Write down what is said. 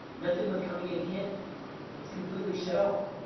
nothing was coming into kent, it was completely shut off.